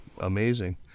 amazing